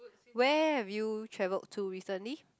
where have you travelled to recently